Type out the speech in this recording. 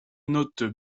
notes